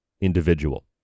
individual